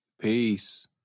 Peace